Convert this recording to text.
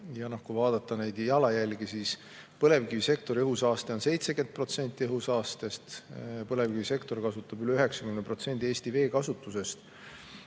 Kui vaadata neid jalajälgi, siis põlevkivisektori õhusaaste on 70% õhusaastest, põlevkivisektor kasutab üle 90% Eesti veekasutusest.